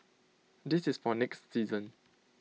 this is for next season